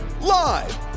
Live